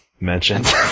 Mentioned